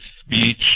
speech